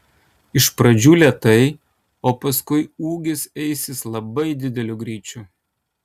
iš pradžių lėtai o paskui ūgis eisis labai dideliu greičiu